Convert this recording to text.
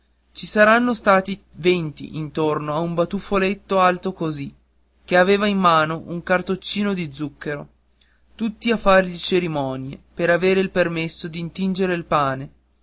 ci saranno stati venti intorno a un batuffoletto alto così che aveva in mano un cartoccino di zucchero tutti a fargli cerimonie per aver il permesso d'intingere il pane